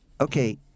okay